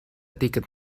ticket